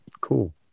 cool